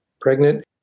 pregnant